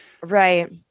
Right